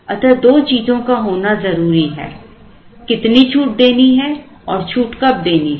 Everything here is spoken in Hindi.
अतः दो चीजों का होना जरूरी है कितनी छूट देनी है और छूट कब देनी है